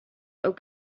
ook